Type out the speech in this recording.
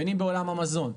בין אם בעולם המזון,